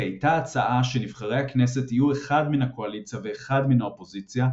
כי הייתה הצעה שנבחרי הכנסת יהיו אחד מן הקואליציה ואחד מן האופוזיציה,